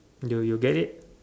you you get it